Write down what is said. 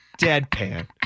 Deadpan